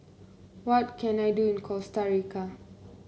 what can I do in Costa Rica